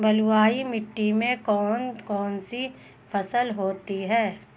बलुई मिट्टी में कौन कौन सी फसल होती हैं?